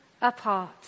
apart